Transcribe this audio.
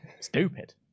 stupid